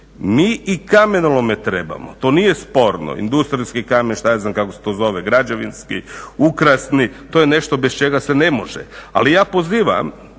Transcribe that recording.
Mi i kamenolome trebamo to nije sporno, industrijski kamen šta ja znam kako se to zove, građevinski, ukrasni, to je nešto bez čega se ne može. Ali ja pozivam